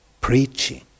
preaching